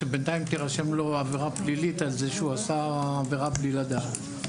בינתיים תירשם לו עבירה פלילית על כך שהוא עשה עבירה בלי לדעת.